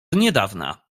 niedawna